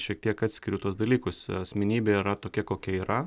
šiek tiek atskiriu tuos dalykus asmenybė yra tokia kokia yra